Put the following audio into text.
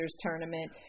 Tournament